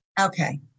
Okay